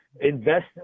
Invest